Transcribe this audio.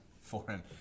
Foreign